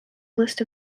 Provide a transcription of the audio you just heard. list